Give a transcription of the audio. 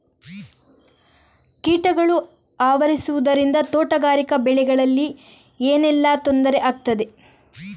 ಕೀಟಗಳು ಆವರಿಸುದರಿಂದ ತೋಟಗಾರಿಕಾ ಬೆಳೆಗಳಿಗೆ ಏನೆಲ್ಲಾ ತೊಂದರೆ ಆಗ್ತದೆ?